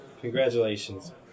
Congratulations